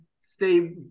stay